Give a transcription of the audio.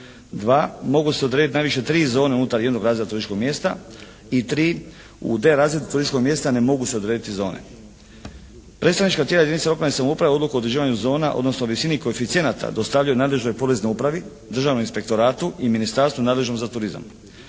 mogu se odrediti najviše tri zone unutar jednog razreda turističkog mjesta. I tri, u D razred turističkog mjesta ne mogu se odrediti zone. Predstavnička tijela jedinica lokalne samouprave odluku o određivanju zona, odnosno visini koeficijenata dostavljaju nadležnoj poreznoj upravi, Državnom inspektoratu i ministarstvu nadležnom za turizam.